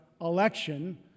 election